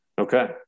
Okay